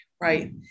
Right